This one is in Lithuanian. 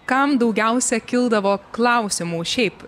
kam daugiausia kildavo klausimų šiaip